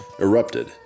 erupted